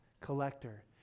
collector